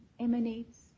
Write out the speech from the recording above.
emanates